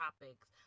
topics